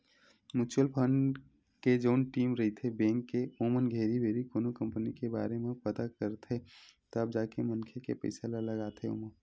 mutual fund के जउन team रहिथे बेंक के ओमन घेरी भेरी कोनो कंपनी के बारे म पता करथे तब जाके मनखे के पइसा ल लगाथे ओमा